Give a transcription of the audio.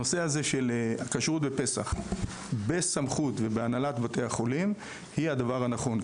הנושא הזה של כשרות בפסח בסמכות ובהנהלת בתי החולים היא הדבר הנכון,